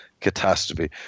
catastrophe